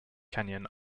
canyon